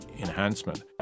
enhancement